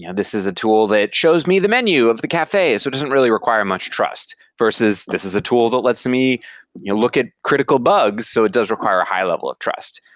yeah this is a tool that shows me the menu of the cafe. so it doesn't really require much trust. versus this is a tool that lets me look at critical bugs. so it does require a high level of trust.